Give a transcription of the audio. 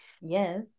yes